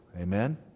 Amen